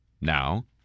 now